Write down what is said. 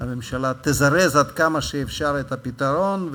הממשלה תזרז עד כמה שאפשר את הפתרון,